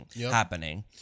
happening